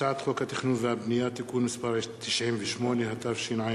הצעת חוק התכנון והבנייה (תיקון מס' 98), התשע"ב